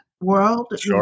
world